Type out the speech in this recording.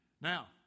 Now